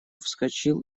вскочил